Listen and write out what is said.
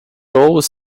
always